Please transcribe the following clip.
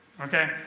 Okay